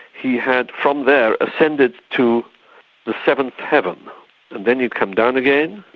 he had from there ascended to the seventh heaven. and then he came down again,